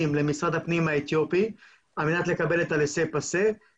למשרד הפנים האתיופי על מנת לקבל את הLaissez-passer- (תעודות מעבר).